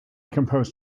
composed